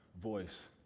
voice